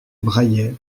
braillaient